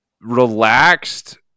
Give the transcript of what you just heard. relaxed